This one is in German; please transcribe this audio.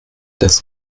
das